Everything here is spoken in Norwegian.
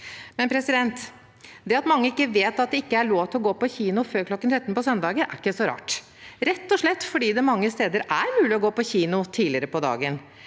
lov å håpe. Det at mange ikke vet at det ikke er lov å gå på kino før kl. 13 på søndager, er ikke så rart – rett og slett fordi det mange steder er mulig å gå på kino tidligere på dagen.